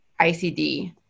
ICD